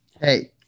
Hey